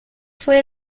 fue